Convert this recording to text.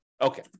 Okay